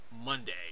Monday